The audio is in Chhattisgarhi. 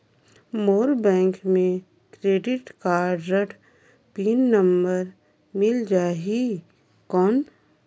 मोर बैंक मे क्रेडिट कारड पिन नंबर मिल जाहि कौन?